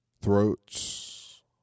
throats